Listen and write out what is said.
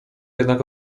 jednak